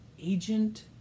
agent